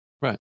right